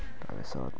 তাৰপিছত